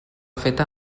feta